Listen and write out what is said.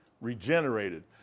regenerated